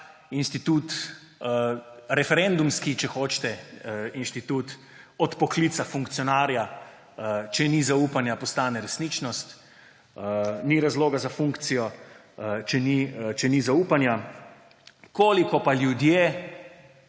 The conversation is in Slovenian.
da referendumski institut odpoklica funkcionarja, če ni zaupanja, postane resničnost, ni razloga za funkcijo, če ni zaupanja. Koliko ljudje